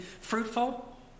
fruitful